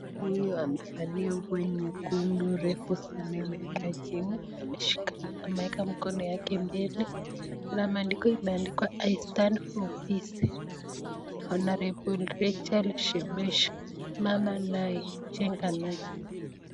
Huyu amevalia nguo nyekundu refu sana imefika chini ameweka mkono yake mbele kuna maandiko imeandikwa I stand for peace Honourable Racheal shebesh mama nai jenga nai.